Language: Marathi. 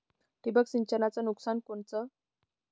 ठिबक सिंचनचं नुकसान कोनचं?